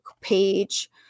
page